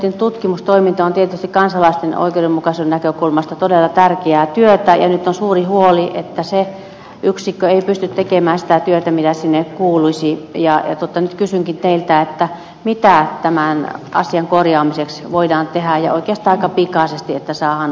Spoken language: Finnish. oikeuspoliittinen tutkimustoiminta on tietysti kansalaisten oikeudenmukaisuuden näkökulmasta todella tärkeää työtä ja nyt on suuri huoli että se yksikkö ei pysty tekemään sitä työtä mitä sinne kuuluisi ja nyt kysynkin teiltä mitä tämän asian korjaamiseksi voidaan tehdä ja oikeastaan aika pikaisesti että saadaan asiat kuntoon